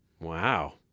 Wow